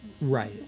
Right